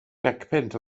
decpunt